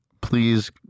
please